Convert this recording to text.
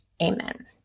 amen